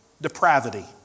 depravity